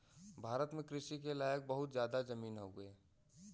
भारत में कृषि के लायक बहुत जादा जमीन हउवे